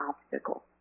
obstacle